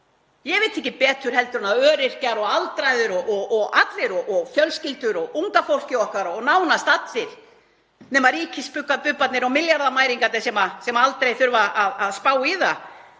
Ég veit ekki betur en að öryrkjar og aldraðir og allir og fjölskyldur og unga fólkið okkar og nánast allir nema ríkisbubbarnir og milljarðamæringar — sem aldrei þurfa að spá í það